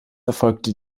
erfolgte